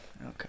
Okay